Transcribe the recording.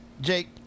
Jake